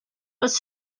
was